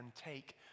take